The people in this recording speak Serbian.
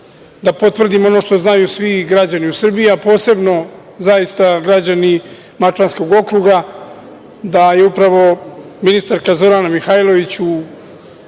da potvrdim ono što znaju svi građani u Srbiji, a posebno građani Mačvanskog okruga, da je upravo ministarka Zorana Mihajlović